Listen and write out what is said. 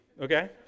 okay